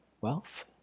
wealth